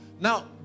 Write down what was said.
Now